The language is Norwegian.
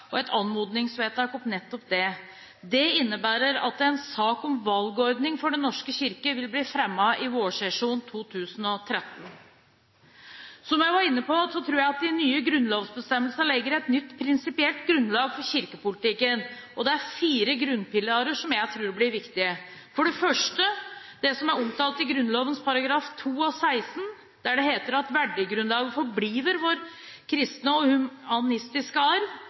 og et anmodningsvedtak om nettopp det. Det innebærer at en sak om valgordning for Den norske kirke vil bli fremmet i vårsesjonen 2013. Som jeg var inne på, tror jeg at de nye grunnlovsbestemmelsene legger et nytt prinsipielt grunnlag for kirkepolitikken. Det er fire grunnpilarer som jeg tror blir viktige: For det første til det som er omtalt i Grunnloven §§ 2 og 16, der det i § 2 heter at «Værdigrundlaget forbliver vor kristne og humanistiske Arv.»